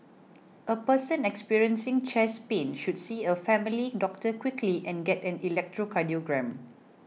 a person experiencing chest pain should see a family doctor quickly and get an electrocardiogram